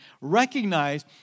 recognize